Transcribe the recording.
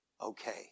okay